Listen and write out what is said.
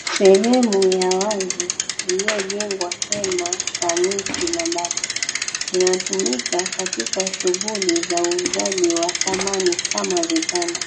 Sehemu ya wazi iliyojengwa hema la miti na bati, linatumika katika shughuli za uuzaji wa samani kama vitanda,